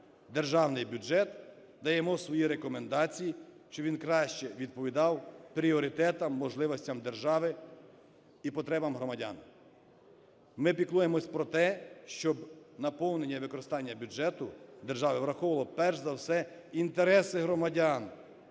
Державний бюджет, даємо свої рекомендації, щоб він краще відповідав пріоритетам, можливостям держави і потребам громадян. Ми піклуємось про те, щоб наповнення і використання бюджету держави враховували, перш за все, інтереси громадян